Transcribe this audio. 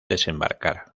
desembarcar